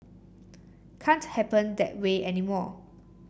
can't happen that way anymore